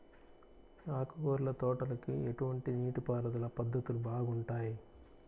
ఆకుకూరల తోటలకి ఎటువంటి నీటిపారుదల పద్ధతులు బాగుంటాయ్?